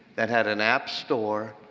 that had an app store.